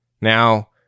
Now